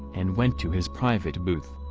and went to his private booth.